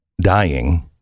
dying